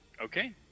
Okay